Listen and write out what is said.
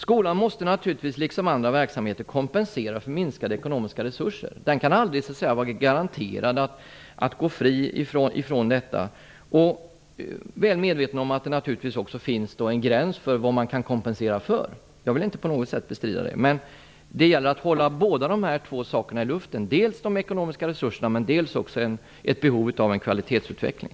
Skolan måste naturligtvis, liksom andra verksamheter, kompensera för minskade ekonomiska resurser. Den kan aldrig vara garanterad att gå fri ifrån detta. Jag är väl medveten om att det också finns en gräns för vad man kan kompensera för. Jag vill inte på något sätt bestrida det. Det gäller att hålla båda dessa saker i luften, dels de ekonomiska resurserna, dels ett behov av kvalitetsutveckling.